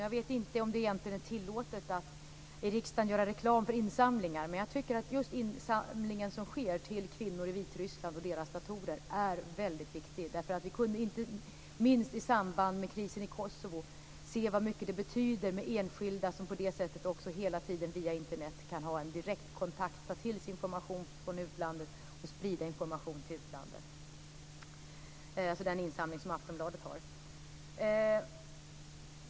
Jag vet inte om det egentligen är tillåtet att i riksdagen göra reklam för insamlingar, men jag tycker att just den insamling som sker till kvinnor i Vitryssland och deras datorer är väldigt viktig. Vi kunde inte minst i samband med krisen i Kosovo se hur mycket det betyder med enskilda som på det sättet också hela tiden via Internet kan ha en direktkontakt utåt, ta till sig information från utlandet och sprida information till utlandet. Det här gäller alltså den insamling som Aftonbladet har.